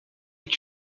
est